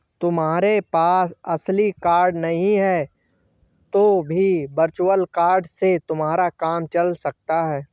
तुम्हारे पास असली कार्ड नहीं है तो भी वर्चुअल कार्ड से तुम्हारा काम चल सकता है